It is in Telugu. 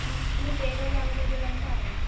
మీకు ఏ రోజు అవైలబుల్ అంటే ఆ రోజు